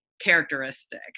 characteristic